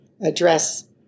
address